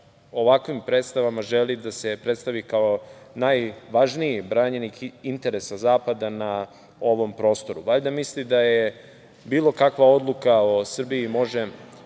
ovakvim predstavama želi da se predstavi kao najvažniji branjenik interesa zapada na ovom prostoru. Valjda misli da bilo kakvu odluku o Srbiji može